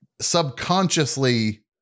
subconsciously